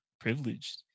privileged